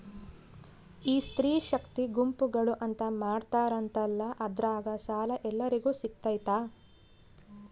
ಈ ಸ್ತ್ರೇ ಶಕ್ತಿ ಗುಂಪುಗಳು ಅಂತ ಮಾಡಿರ್ತಾರಂತಲ ಅದ್ರಾಗ ಸಾಲ ಎಲ್ಲರಿಗೂ ಸಿಗತೈತಾ?